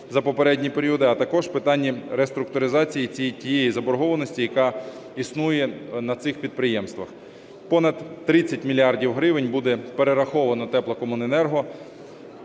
за попередні періоди, а також питанням реструктуризації тієї заборгованості, яка існує на цих підприємствах. Понад 30 мільярдів гривень буде перераховано теплокомуненерго,